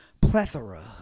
plethora